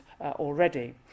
already